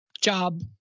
Job